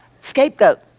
scapegoat